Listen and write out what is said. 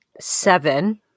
Seven